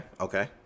Okay